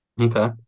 Okay